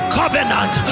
covenant